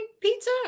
pizza